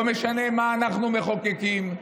לא משנה מה אנחנו מחוקקים,